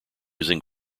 using